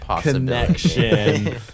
connection